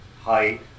height